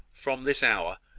from this hour,